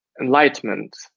enlightenment